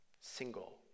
single